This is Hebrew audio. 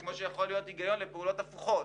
כמו שיכול להיות הגיון לפעולות הפוכות.